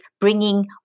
bringing